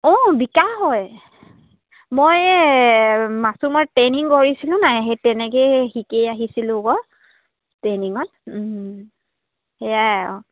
অঁ বিকা হয় মই মাছুমত ট্ৰেইনিং কৰিছিলোঁ নাই সেই তেনেকেই শিকি আহিছিলোঁ আকৌ ট্ৰেইনিঙত সেয়াই অঁ